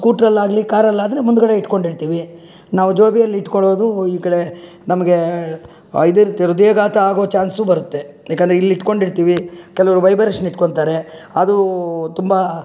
ಸ್ಕೂಟ್ರಲ್ಲಾಗಲಿ ಕಾರಲ್ಲಾದರೆ ಮುಂದುಗಡೆ ಇಟ್ಕೊಂಡು ಇರ್ತಿವಿ ನಾವು ಜೋಬಿಯಲ್ಲಿ ಇಟ್ಕೋಳೋದು ಈ ಕಡೆ ನಮಗೆ ಇದು ಇರುತ್ತೆ ಹೃದಯಾಘಾತ ಆಗೋ ಚಾನ್ಸು ಬರುತ್ತೆ ಏಕಂದ್ರೆ ಇಲ್ಲಿ ಇಟ್ಟುಕೊಂಡಿರ್ತೀವಿ ಕೆಲವರು ವೈಬರೇಶನ್ ಇಟ್ಕೊತಾರೆ ಅದು ತುಂಬ